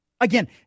Again